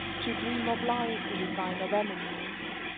to dream of lice is a sign of enemies.